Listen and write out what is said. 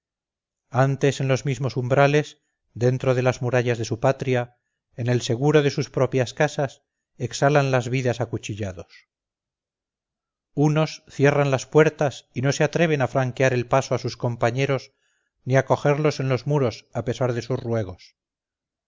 antes en los mismos umbrales dentro de las murallas de su patria en el seguro de sus propias casas exhalan las vidas acuchillados unos cierran las puertas y no se atreven a franquear el paso a sus compañeros ni acogerlos en los muros a pesar de sus ruegos